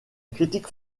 critique